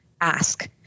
ask